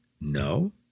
No